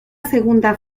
segunda